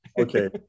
Okay